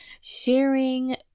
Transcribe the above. sharing